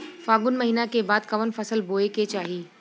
फागुन महीना के बाद कवन फसल बोए के चाही?